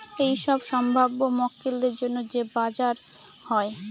এইসব সম্ভাব্য মক্কেলদের জন্য যে বাজার হয়